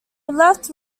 left